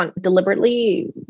deliberately